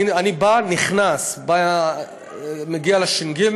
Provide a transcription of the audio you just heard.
אני בא, נכנס, מגיע לש"ג.